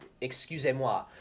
Excusez-moi